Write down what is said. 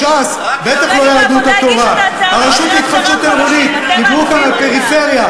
העבודה הגישה את ההצעה לפני עשרה חודשים.